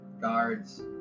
guards